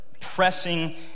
pressing